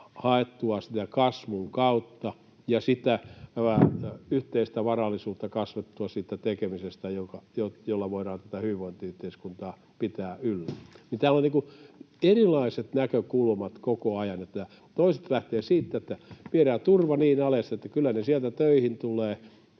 haettua kasvun kautta ja sitä yhteistä varallisuutta kasvatettua siitä tekemisestä, jolla voidaan tätä hyvinvointiyhteiskuntaa pitää yllä. Täällä on erilaiset näkökulmat koko ajan: toiset lähtevät siitä, että viedään turva niin alas, että kyllä ne sieltä töihin tulevat,